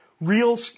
real –